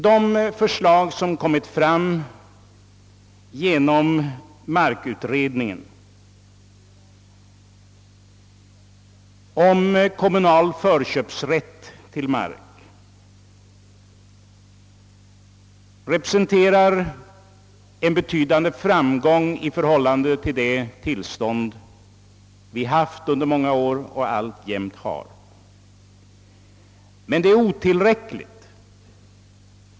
De förslag som framlagts av markutredningen om kommunal förköpsrätt till mark representerar en betydande framgång i förhållande till det tillstånd vi haft under många år och alltjämt har, men det är otillräckligt.